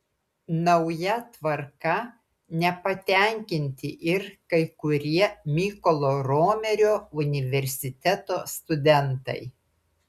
nauja tvarka nepatenkinti ir kai kurie mykolo romerio universiteto studentai